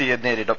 സിയെ നേരിടും